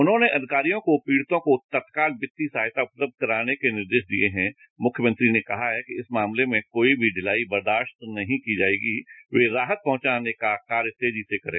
उन्होंने अविकारियों को पीड़ितों को तत्काल वित्तीय सहायता उपलब्ध कराने के निर्देश दिए हैं मुख्यमंत्री ने कहा है कि इस मामले में कोई भी ढिलाई बर्दास्त नहीं की जाएगी और ये राहत पहुंचाने का कार्य तेजी से करें